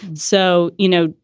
so, you know,